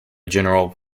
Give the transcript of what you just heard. general